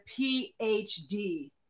PhD